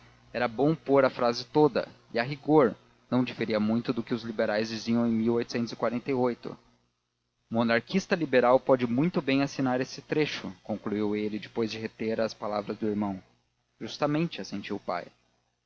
era bom pôr a frase toda e a rigor não diferia muito do que os liberais diziam em um monarquista liberal pode muito bem assinar esse trecho concluiu ele depois de reter as palavras do irmão justamente assentiu o pai